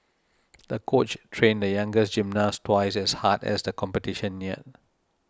the coach trained the young gymnast twice as hard as the competition near